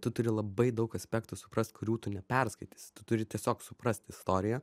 tu turi labai daug aspektų suprast kurių tu neperskaitysi tu turi tiesiog suprast istoriją